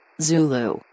Zulu